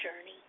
journey